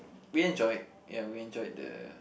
we enjoyed ya we enjoyed the